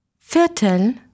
Viertel